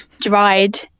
dried